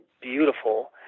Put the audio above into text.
beautiful